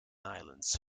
islands